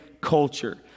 culture